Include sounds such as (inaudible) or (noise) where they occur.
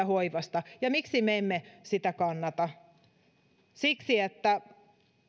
(unintelligible) hoivasta miksi me emme sitä kannata siksi että